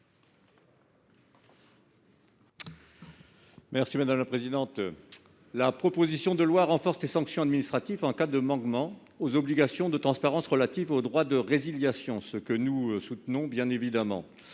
M. Daniel Salmon. La proposition de loi renforce les sanctions administratives en cas de manquement aux obligations de transparence relatives au droit de résiliation. Nous soutenons bien évidemment